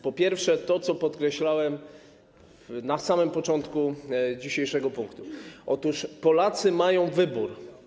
Po pierwsze, co podkreślałem na samym początku dzisiejszego punktu, Polacy mają wybór.